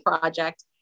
project